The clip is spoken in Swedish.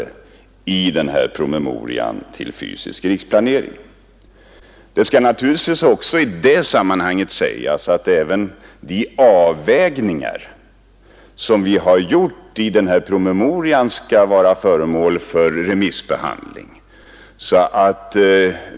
I detta sammanhang skall det naturligtvis också sägas att de avvägningar som vi gjort i promemorian skall bli föremål för remissbehandling.